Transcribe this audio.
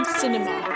cinema